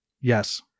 Yes